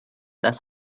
das